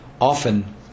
Often